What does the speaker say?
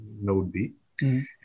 Node-B